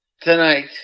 tonight